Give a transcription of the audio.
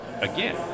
again